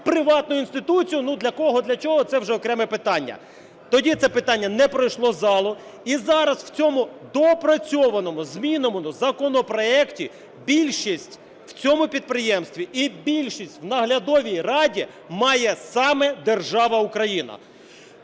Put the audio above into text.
приватну інституцію. Ну для кого, для чого – це вже окреме питання. Тоді це питання не пройшло залу. І зараз в цьому доопрацьованому, зміненому законопроекті, більшість в цьому підприємстві і більшість в наглядовій раді має саме держава Україна.